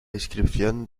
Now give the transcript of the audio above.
inscripción